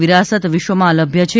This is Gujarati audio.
વિરાસત વિશ્વમાં અલભ્ય છે